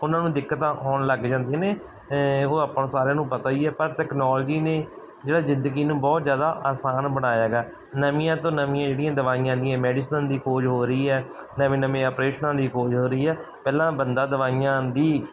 ਉਹਨਾਂ ਨੂੰ ਦਿੱਕਤਾਂ ਆਉਣ ਲੱਗ ਜਾਂਦੀਆਂ ਨੇ ਉਹ ਆਪਾਂ ਨੂੰ ਸਾਰਿਆਂ ਨੂੰ ਪਤਾ ਹੀ ਹੈ ਪਰ ਤੈਕਨੋਲੋਜੀ ਨੇ ਜਿਹੜਾ ਜ਼ਿੰਦਗੀ ਨੂੰ ਬਹੁਤ ਜ਼ਿਆਦਾ ਆਸਾਨ ਬਣਾਇਆ ਹੈਗਾ ਨਵੀਆਂ ਤੋਂ ਨਵੀਆਂ ਜਿਹੜੀਆਂ ਦਵਾਈਆਂ ਦੀਆਂ ਮੈਡੀਸਨ ਦੀ ਖੋਜ ਹੋ ਰਹੀ ਹੈ ਨਵੇਂ ਨਵੇਂ ਆਪਰੇਸ਼ਨਾਂ ਦੀ ਖੋਜ ਹੋ ਰਹੀ ਹੈ ਪਹਿਲਾਂ ਬੰਦਾ ਦਵਾਈਆਂ ਦੀ